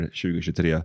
2023